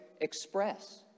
express